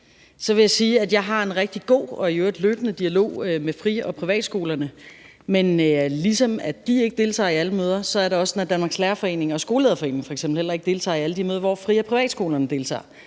løbende dialog med fri- og privatskolerne, men ligesom de ikke deltager i alle møder, er det også sådan, at f.eks. Danmarks Lærerforening og Skolelederforeningen heller ikke deltager i alle de møder, hvor fri- og privatskolerne deltager.